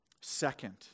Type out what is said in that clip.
Second